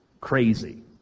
Crazy